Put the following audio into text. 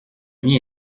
mien